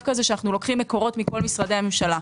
שאנחנו לוקחים מקורות מכל משרדי הממשלה.